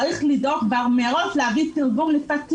צריך לדאוג מראש להביא תרגום לשפת סימנים.